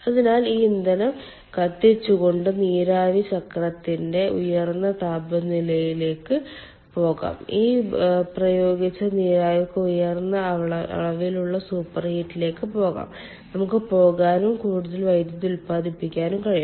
അതിനാൽ ഈ ഇന്ധനം കത്തിച്ചുകൊണ്ട് നീരാവി ചക്രത്തിന്റെ കാര്യക്ഷമത വർദ്ധിപ്പിക്കാൻ കഴിയുമെന്ന് നിങ്ങൾ കാണുന്നു കാരണം ആവി ചക്രത്തിന്റെ ഉയർന്ന താപനിലയിലേക്ക് പോകാം ഈ പ്രയോഗിച്ച നീരാവിക്ക് ഉയർന്ന അളവിലുള്ള സൂപ്പർഹീറ്റിലേക്ക് പോകാം നമുക്ക് പോകാനും കൂടുതൽ വൈദ്യുതി ഉത്പാദിപ്പിക്കാനും കഴിയും